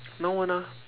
no one lah